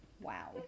Wow